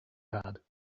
had